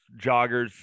joggers